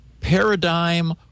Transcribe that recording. Paradigm